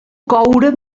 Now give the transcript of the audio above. coure